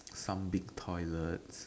some big toilets